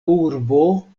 urbo